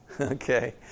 Okay